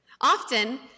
Often